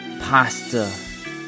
pasta